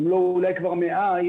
אולי כבר 100%,